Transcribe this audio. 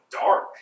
dark